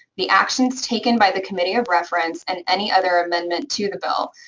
the actions taken by the committee of reference, and any other amendment to the bill.